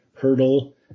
hurdle